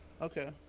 Okay